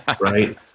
right